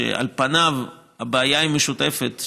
ועל פניו הבעיה היא משותפת,